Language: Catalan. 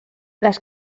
les